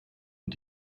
und